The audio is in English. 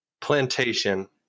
plantation